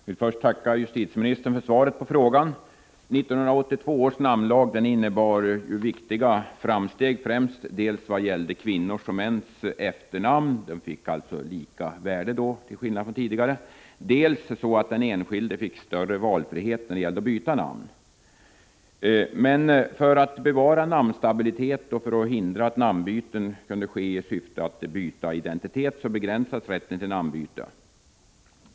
Herr talman! Jag vill först tacka justitieministern för svaret på frågan. 1982 års namnlag innebar viktiga framsteg. De främsta förändringarna var dels att kvinnors och mäns efternamn fick lika värde, till skillnad från tidigare, dels att den enskilde fick större valfrihet när det gäller att byta namn. Men för att bevara namnstabilitet och förhindra att namnbyten skulle ske i syfte att byta identitet begränsades rätten till namnbyte.